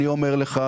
אני אומר לך,